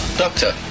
doctor